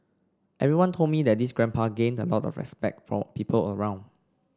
everyone told me that this grandpa gained a lot of respect from people around